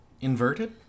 Inverted